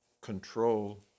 control